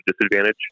disadvantage